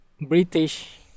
British